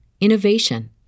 innovation